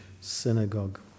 synagogue